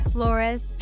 Flores